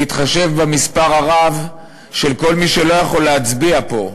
בהתחשב במספר הרב של כל מי שלא יכול להצביע פה,